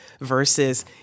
versus